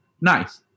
nice